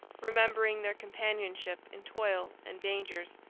remembering their companionship in toil and dangers,